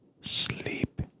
sleep